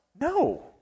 No